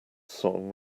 song